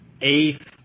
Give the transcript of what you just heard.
eighth